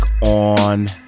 on